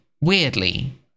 weirdly